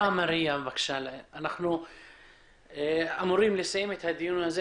ארגוני פשיעה, אנחנו מזהים אותם,